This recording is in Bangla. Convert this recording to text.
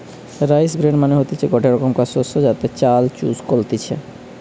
রাইস ব্রেন মানে হতিছে গটে রোকমকার শস্য যাতে চাল চুষ কলতিছে